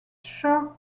shark